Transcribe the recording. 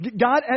God